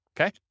Okay